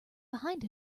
behind